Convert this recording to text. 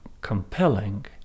compelling